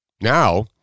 Now